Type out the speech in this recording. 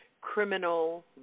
criminal